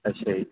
ਅੱਛਾ ਜੀ